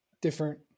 Different